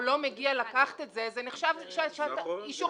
או לא מגיע לקחת זה נחשב אישור מסירה.